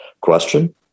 Question